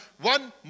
one